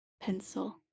Pencil